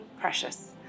precious